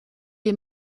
est